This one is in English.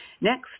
Next